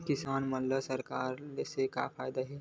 किसान मन ला सरकार से का फ़ायदा हे?